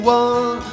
one